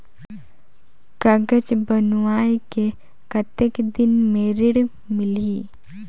कागज बनवाय के कतेक दिन मे ऋण मिलही?